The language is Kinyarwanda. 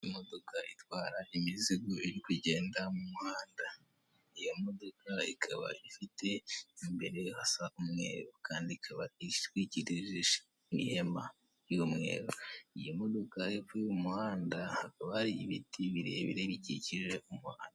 Imodoka itwara imizigo iri kugenda mu muhanda. Iyo modoka ikaba ifite imbere hasa umweru kandi ikaba itwikirijwe n'ihema ry'umweru. Iyi modoka iri kuri uyu muhanda, hakaba hari ibiti birebire bikikije umuhanda.